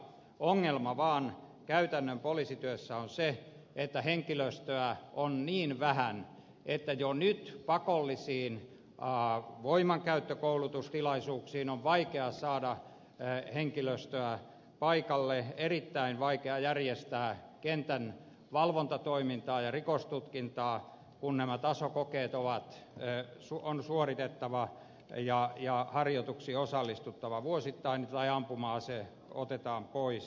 ongelma käytännön poliisityössä on vaan se että henkilöstöä on niin vähän että jo nyt pakollisiin voimankäyttökoulutustilaisuuksiin on vaikea saada henkilöstöä paikalle erittäin vaikea järjestää kentän valvontatoimintaa ja rikostutkintaa kun nämä tasokokeet on suoritettava ja harjoituksiin osallistuttava vuosittain tai ampuma ase otetaan pois